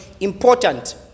important